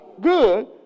good